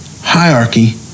hierarchy